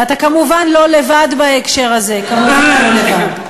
ואתה כמובן לא לבד בהקשר הזה, כמובן לא לבד.